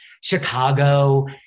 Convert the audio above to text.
Chicago